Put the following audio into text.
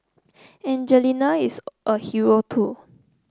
Angelina is a hero too